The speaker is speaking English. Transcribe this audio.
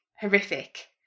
horrific